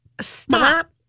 Stop